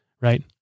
right